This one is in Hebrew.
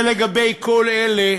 זה לגבי כל אלה